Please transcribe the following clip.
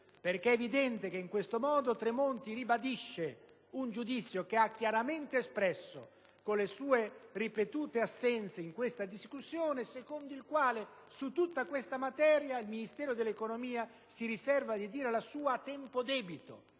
Nord. È evidente infatti che, in questo modo, il ministro Tremonti ribadisce un giudizio, da lui chiaramente espresso con le sue ripetute assenze in questa discussione, secondo il quale su tutta questa materia il Ministero dell'economia si riserva di dire la sua opinione a tempo debito.